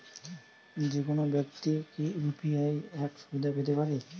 যেকোনো ব্যাক্তি কি ইউ.পি.আই অ্যাপ সুবিধা পেতে পারে?